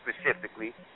specifically